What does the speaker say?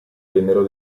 vennero